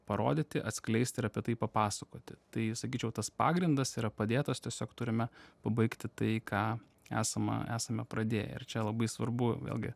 parodyti atskleist ir apie tai papasakoti tai sakyčiau tas pagrindas yra padėtas tiesiog turime pabaigti tai ką esama esame pradėję ir čia labai svarbu vėlgi